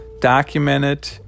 documented